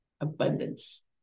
abundance